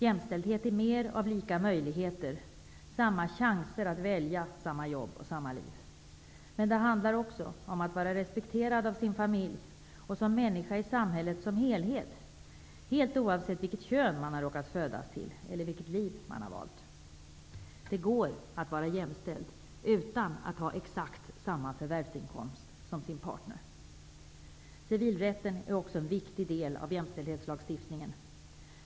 Jämställdhet är mer av lika möjligheter, samma chanser att välja samma jobb och samma liv, men det handlar också om att vara respekterad av sin familj och som människa i samhället som helhet -- helt oavsett vilket kön man har råkat födas till eller vilket liv man har valt. Det går att vara jämställd utan att ha exakt samma förvärvsinkomst som sin partner. Civilrätten är också en viktig del av jämställdhetslagstiftningen.